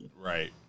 Right